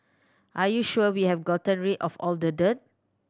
are you sure we have gotten rid of all the dirt